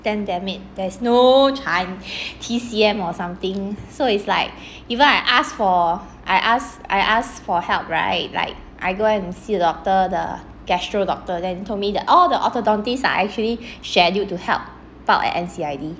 then damn it there is no chi~ T_C_M or something so it's like even I ask for I ask I ask for help right like I go and see the doctor the gastro doctor then told me the oh the orthodontist ah actually schedule to help out at N_C_I_D